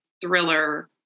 thriller